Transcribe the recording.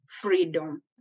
freedom